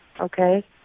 Okay